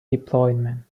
deployment